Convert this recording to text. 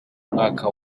mwaka